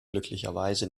glücklicherweise